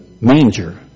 manger